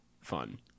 fun